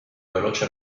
veloce